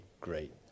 great